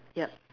ya